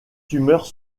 tumeurs